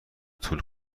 طول